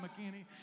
McKinney